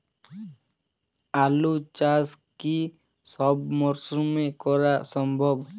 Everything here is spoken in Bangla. আলু চাষ কি সব মরশুমে করা সম্ভব?